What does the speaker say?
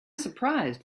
surprised